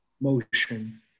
motion